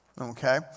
Okay